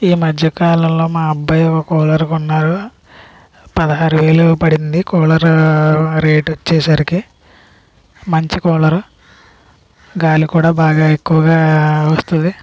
ఈ మధ్య కాలంలో మా అబ్బాయి ఒక కూలర్ కొన్నాడు పదహారు వేలు పడింది కూలర్ రేటు వచ్చే సరికి మంచి కూలర్ గాలి కూడా బాగా ఎక్కువగా వస్తుంది